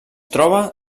troba